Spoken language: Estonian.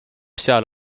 seal